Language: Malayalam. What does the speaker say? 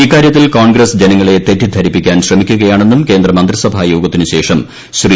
ഈക്കാര്യത്തിൽ കോൺഗ്രസ്സ് ജനങ്ങളെ തെറ്റിദ്ധരിപ്പിക്കാൻ ശ്രമിക്കുകയാണെന്നും കേന്ദ്ര മന്ത്രിസഭാ യോഗത്തിനു ശേഷം ശ്രീ